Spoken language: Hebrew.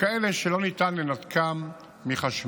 ככאלה שלא ניתן לנתקם מחשמל.